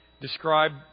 describe